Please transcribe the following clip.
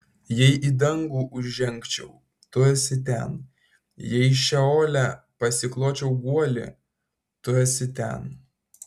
jei į dangų užžengčiau tu esi ten jei šeole pasikločiau guolį tu esi ten